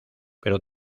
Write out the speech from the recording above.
pero